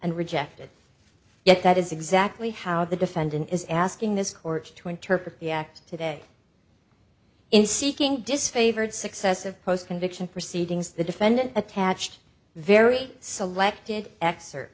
and rejected yet that is exactly how the defendant is asking this court to interpret the act today in seeking disfavored success of post conviction proceedings the defendant attached very selected